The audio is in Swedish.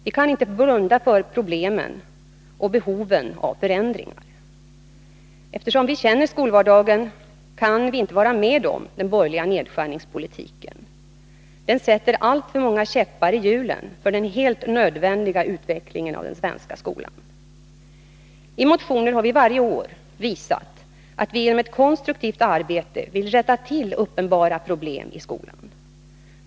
Vi kan inte blunda för problemen och behoven av förändringar. Eftersom vi känner skolvardagen kan vi inte vara med om den borgerliga nedskärningspolitiken. Den sätter alltför många käppar i hjulen för den helt nödvändiga utvecklingen av den svenska skolan. I motioner har vi varje år visat att vi genom ett konstruktivt arbete vill rätta till uppenbara problem i skolan.